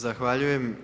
Zahvaljujem.